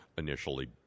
initially